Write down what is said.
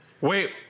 Wait